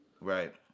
Right